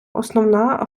основа